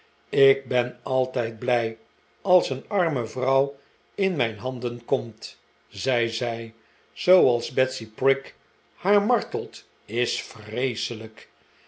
ik ben altijd blij als een arme vrouw in mijn handen komt zei zij zooals betsy prig haar martelt is vreeselijk